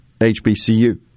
HBCU